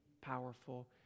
powerful